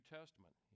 Testament